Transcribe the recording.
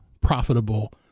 profitable